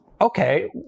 Okay